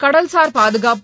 கடல்சார் பாதுகாப்பு